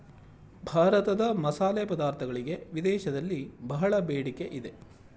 ಭಾರತದ ಮಸಾಲೆ ಪದಾರ್ಥಗಳಿಗೆ ವಿದೇಶದಲ್ಲಿ ಬಹಳ ಬೇಡಿಕೆ ಇದೆ